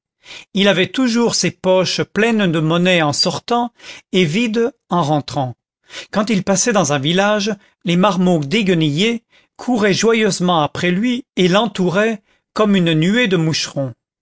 il avait toujours ses poches pleines de monnaie en sortant et vides en rentrant quand il passait dans un village les marmots déguenillés couraient joyeusement après lui et l'entouraient comme une nuée de moucherons